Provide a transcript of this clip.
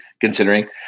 considering